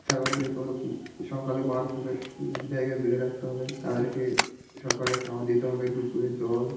ছাগলদেরকে ওর সকালে বার করে এক জায়গায় বেঁধে রাখতে হবে তাদেরকে সকালে খাবার দিতে হবে দুপুরে জল